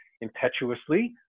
impetuously